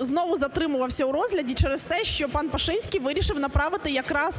знову затримувався у розгляді через те, що пан Пашинський вирішив направити якраз